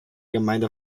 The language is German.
gemeinde